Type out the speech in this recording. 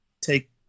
take